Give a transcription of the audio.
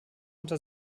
unter